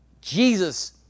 Jesus